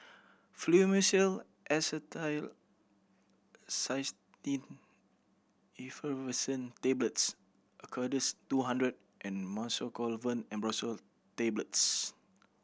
Fluimucil Effervescent Tablets Acardust two hundred and Mucosolvan Ambroxol Tablets